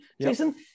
Jason